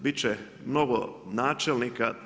Bit će mnogo načelnika.